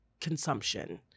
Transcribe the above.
consumption